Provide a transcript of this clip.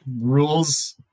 Rules